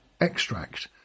extract